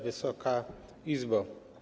Wysoka Izbo!